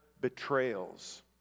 betrayals